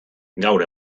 gaur